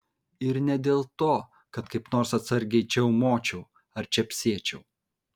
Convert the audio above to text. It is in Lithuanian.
ir ne dėl to kad kaip nors atgrasiai čiaumočiau ar čepsėčiau